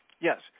Yes